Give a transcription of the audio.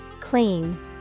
Clean